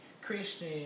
Christian